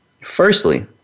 Firstly